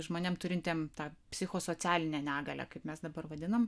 žmonėm turintiem tą psichosocialinę negalią kaip mes dabar vadinam